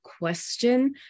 question